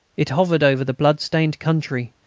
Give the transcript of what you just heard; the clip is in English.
it hovered over the blood-stained country,